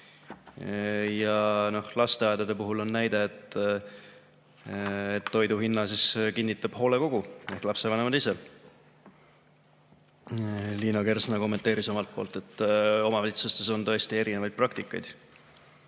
Ja lasteaedade puhul on näide, et toidu hinna kinnitab hoolekogu ehk lapsevanemad ise. Liina Kersna kommenteeris omalt poolt, et omavalitsustes on tõesti erinevaid praktikaid.